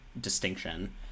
distinction